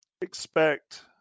expect